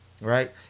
right